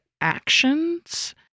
actions